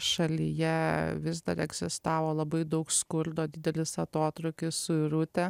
šalyje vis dar egzistavo labai daug skurdo didelis atotrūkis suirutė